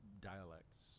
dialects